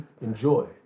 enjoy